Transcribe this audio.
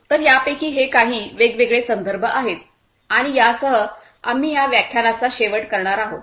तर यापैकी हे काही वेगवेगळे संदर्भ आहेत आणि यासह आम्ही या व्याख्यानाचा शेवट करणार आहोत